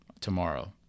tomorrow